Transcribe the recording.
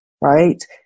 right